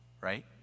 right